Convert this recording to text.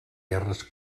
guerres